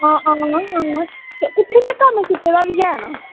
आं ते उत्थें में कम्म कीते दा बी एह् ना